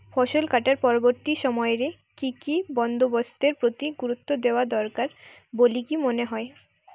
ফসলকাটার পরবর্তী সময় রে কি কি বন্দোবস্তের প্রতি গুরুত্ব দেওয়া দরকার বলিকি মনে হয়?